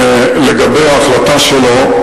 לגבי ההחלטה שלו,